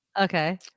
Okay